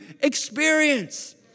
experience